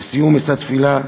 לסיום, אשא תפילה,